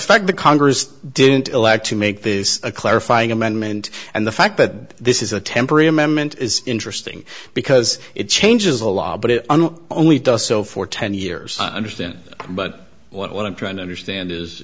fact the congress didn't elect to make this a clarifying amendment and the fact that this is a temporary amendment is interesting because it changes the law but it only does so for ten years understand but what i'm trying to understand is